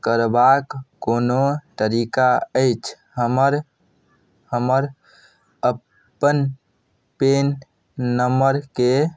करबाक कोनो तरीका अछि हमर हमर अपन पेन नंबरके